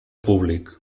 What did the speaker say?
públic